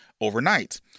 overnight